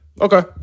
Okay